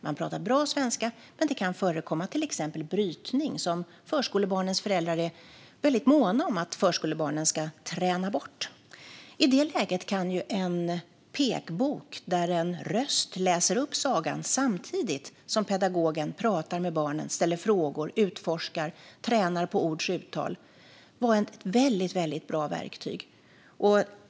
De pratar bra svenska, men det kan förekomma till exempel brytning, som förskolebarnens föräldrar är måna om att förskolebarnen ska träna bort. I det läget kan en pekbok där en röst läser upp sagan samtidigt som barnen pratar med pedagogen, ställer frågor, utforskar och tränar på ords uttal vara ett väldigt bra verktyg.